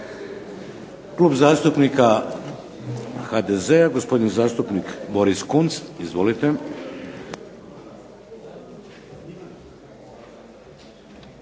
Klub zastupnika HDZ-a gospodin zastupnik Boris Kunst. Izvolite.